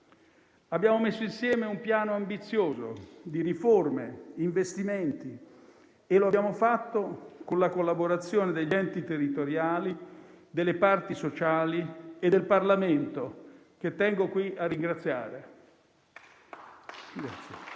Abbiamo messo insieme un piano ambizioso di riforme e investimenti e lo abbiamo fatto con la collaborazione degli enti territoriali, delle parti sociali e del Parlamento, che tengo qui a ringraziare.